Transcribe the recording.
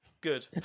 Good